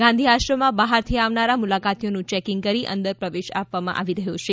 ગાંધી આશ્રમમાં બહારથી આવનારા મુલાકાતીઓનું ચેકિંગ કરી અંદર પ્રવેશ આપવામાં આવી રહ્યો છે